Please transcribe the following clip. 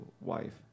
wife